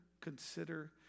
consider